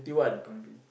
gonna be